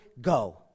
go